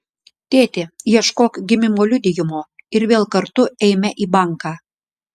tėti ieškok gimimo liudijimo ir vėl kartu eime į banką